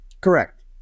Correct